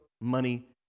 money